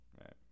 Right